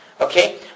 Okay